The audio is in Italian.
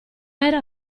era